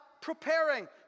preparing